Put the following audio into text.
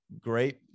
great